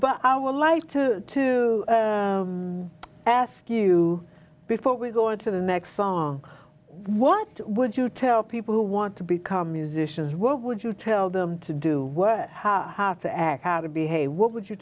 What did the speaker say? but i would like to to ask you before we go into the next song what would you tell people who want to become musicians what would you tell them to do what how to act how to be hey what would you